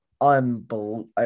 unbelievable